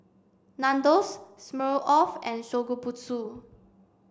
Nandos Smirnoff and Shokubutsu